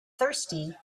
thirsty